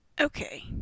Okay